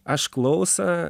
aš klausą